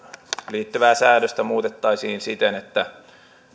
liittyvää säädöstä muutettaisiin siten että